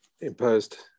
imposed